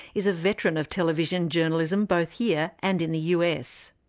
is a veteran of television journalism both here and in the us.